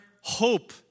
hope